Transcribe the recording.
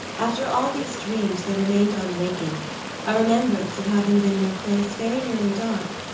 after all these dreams there remained on waking a remembrance of having been in a place very nearly dark,